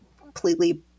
completely